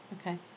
Okay